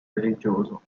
religioso